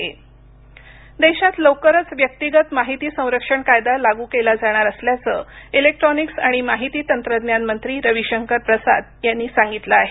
रविशंकर देशात लवकरच व्यक्तिगत माहिती संरक्षण कायदा लागू केला जाणार असल्याचं इलेक्ट्रॉनिक्स आणि माहिती तंत्रज्ञान मंत्री रविशंकर प्रसाद यांनी सांगितलं आहे